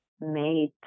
made